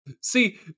See